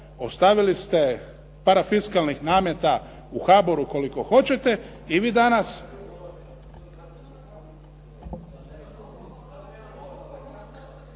ostavili ste parafiskalnih nameta u HBOR-u koliko hoćete i vi danas.